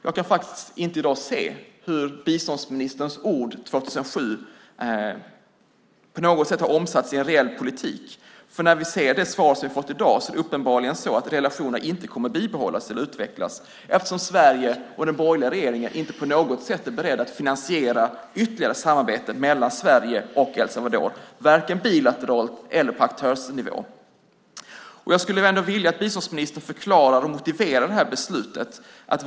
Jag kan faktiskt inte i dag se hur biståndsministerns ord 2007 på något sätt har omsatts i en reell politik. När vi ser det svar som vi har fått i dag är det uppenbarligen så att relationerna inte kommer att bibehållas eller utvecklas eftersom Sverige och den borgerliga regeringen inte på något sätt är beredda att finansiera ytterligare samarbete mellan Sverige och El Salvador, vare sig bilateralt eller på aktörsnivå. Jag skulle vilja att biståndsministern förklarar och motiverar beslutet.